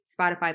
Spotify